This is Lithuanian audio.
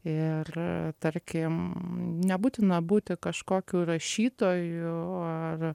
ir tarkim nebūtina būti kažkokiu rašytoju ar